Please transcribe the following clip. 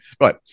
Right